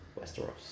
Westeros